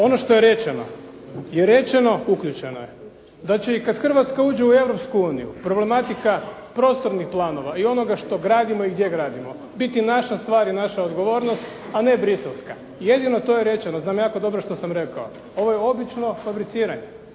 ono što je rečeno, je rečeno. Uključeno je. Da će i kada Hrvatska uđe u Europsku uniju problematika prostornih planova i onoga što gradimo i gdje gradimo, biti naša stvar i naša odgovornost, a ne Bruxelleska jedino to je rečeno. Znam jako dobro što sam rekao. ovo je obično fabriciranje.